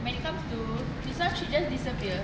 when it come to this [one] she just disappear